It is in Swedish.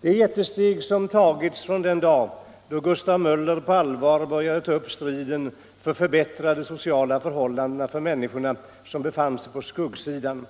Det är jättesteg som tagits från den dag då Gustav Möller på allvar började ta upp striden för förbättrade Ekonomiskt stöd åt sociala förhållanden för de människor som befann sig på skuggsidan.